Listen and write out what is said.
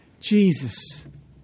Jesus